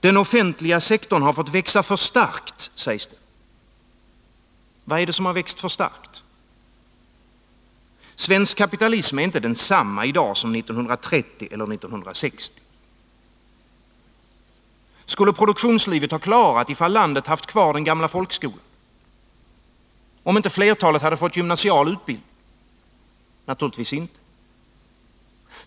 Den offentliga sektorn har fått växa för starkt, sägs det. Vad är det som har växt för starkt? Svensk kapitalism är inte densamma i dag som 1930 eller 1960. Skulle produktionslivet ha klarat om landet haft kvar den gamla folkskolan, om inte flertalet fått gymnasial utbildning? Naturligtvis inte.